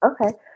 Okay